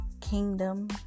kingdom